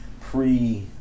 pre